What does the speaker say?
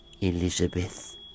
Elizabeth